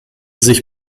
sich